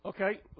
Okay